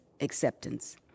acceptance